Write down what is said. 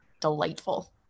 delightful